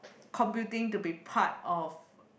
computing to be part of